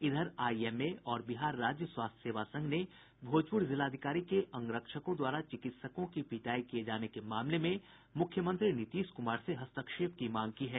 इधर आईएमए और बिहार राज्य स्वास्थ्य सेवा संघ ने भोजपुर जिलाधिकारी के अंगरक्षकों द्वारा चिकित्सकों की पिटाई किये जाने के मामले में मुख्यमंत्री नीतीश कुमार से हस्तक्षेप की मांग की है